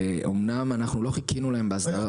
שאמנם אנחנו לא חיכינו להם באסדרה --- אתה